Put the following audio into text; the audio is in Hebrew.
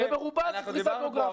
וברובה זה פרישה גיאוגרפית,